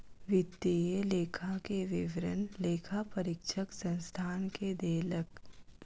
वित्तीय लेखा के विवरण लेखा परीक्षक संस्थान के देलक